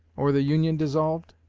or the union dissolved?